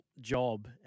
job